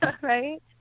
Right